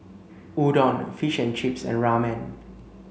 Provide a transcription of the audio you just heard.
Udon Fish and Chips and Ramen